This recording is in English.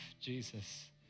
Jesus